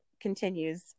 continues